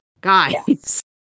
guys